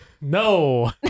No